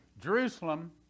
Jerusalem